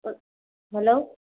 hello